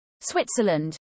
Switzerland